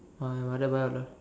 my mother buy all the